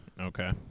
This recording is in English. Okay